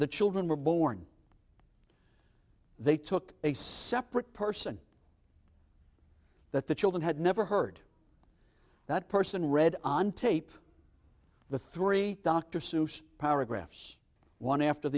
the children were born they took a separate person that the children had never heard that person read on tape the three dr seuss paragraphs one after